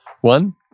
one